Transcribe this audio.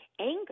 anger